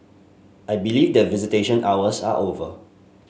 I believe that visitation hours are over